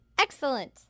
Excellent